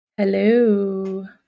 Hello